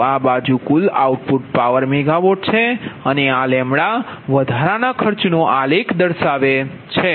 તો આ બાજુ કુલ આઉટપુટ પાવર મેગાવોટ છે અને આ વધારાના ખર્ચનો આલેખ છે